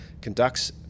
conducts